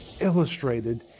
illustrated